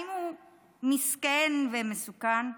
האם הוא מסכן ומסוכן,